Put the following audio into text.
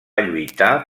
lluitar